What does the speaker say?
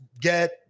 get